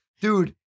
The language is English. Dude